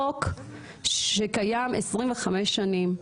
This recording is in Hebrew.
חוק שקיים 25 שנים,